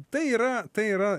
tai yra tai yra